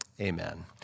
Amen